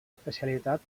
especialitat